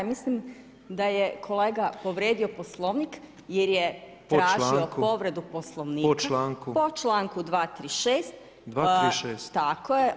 Mislim da je kolega povrijedio Poslovnik [[Upadica Petrov: Po članku?]] jer je tražio povredu Poslovnika po članku 236 [[Upadica Petrov: 236.]] Tako je.